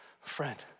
Friend